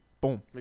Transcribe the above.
Boom